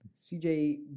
CJ